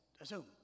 assume